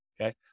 Okay